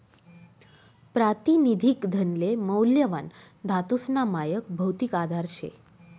प्रातिनिधिक धनले मौल्यवान धातूसना मायक भौतिक आधार शे